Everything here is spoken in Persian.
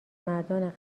مردان